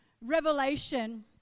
Revelation